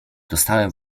dostałem